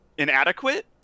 inadequate